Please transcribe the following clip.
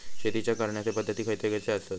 शेतीच्या करण्याचे पध्दती खैचे खैचे आसत?